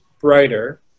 brighter